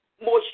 moisture